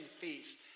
feast